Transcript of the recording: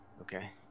Okay